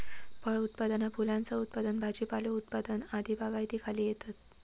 फळ उत्पादना फुलांचा उत्पादन भाजीपालो उत्पादन आदी बागायतीखाली येतत